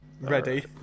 ready